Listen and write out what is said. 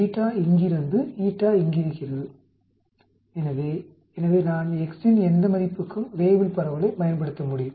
β இங்கிருக்கிறது η இங்கிருக்கிறது எனவே எனவே நான் x இன் எந்த மதிப்புக்கும் வேய்புல் பரவலைப் பயன்படுத்த முடியும்